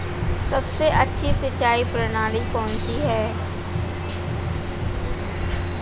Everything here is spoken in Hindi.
सबसे अच्छी सिंचाई प्रणाली कौन सी है?